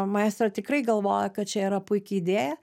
maestro tikrai galvoja kad čia yra puiki idėja